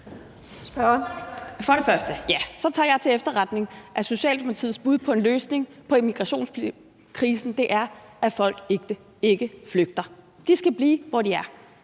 sige, at så tager jeg det til efterretning, at Socialdemokratiets bud på en løsning på migrationskrisen er, at folk ikke flygter. De skal blive, hvor de er.